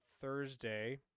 Thursday